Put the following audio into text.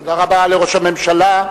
תודה רבה לראש הממשלה.